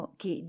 che